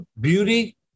beauty